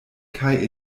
kaj